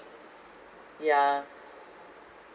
yeah